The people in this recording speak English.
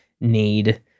need